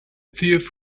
thief